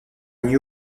new